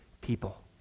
people